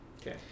Okay